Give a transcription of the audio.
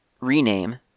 rename